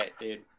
dude